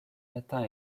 matin